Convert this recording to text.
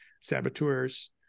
saboteurs